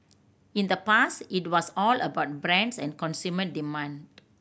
in the past it was all about brands and consumer demand